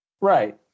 Right